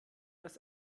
das